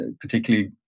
particularly